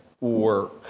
work